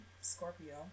Scorpio